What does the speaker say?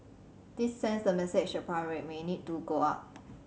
this sends the message the prime rate may need to go up